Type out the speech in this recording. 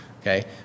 okay